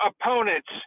opponents